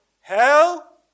Hell